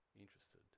interested